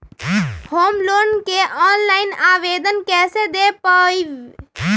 Home loan के online आवेदन कैसे दें पवई?